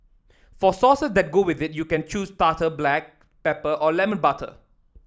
for sauces that go with it you can choose tartar black pepper or lemon butter